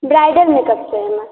bridal makeup চাই আমার